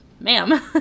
ma'am